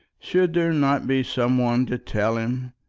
should there not be some one to tell him?